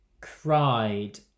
cried